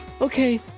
Okay